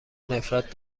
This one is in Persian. نفرت